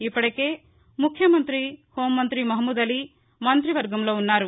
ఇప్పటికే ముఖ్యమంతి హెూం మంతి మహమూద్ అలీ మంతివర్గంలో ఉన్నారు